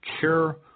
care